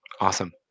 Awesome